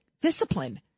discipline